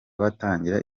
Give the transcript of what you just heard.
batangira